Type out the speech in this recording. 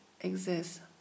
exist